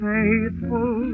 Faithful